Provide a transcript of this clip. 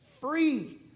Free